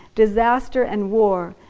disaster and war,